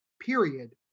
period